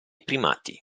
primati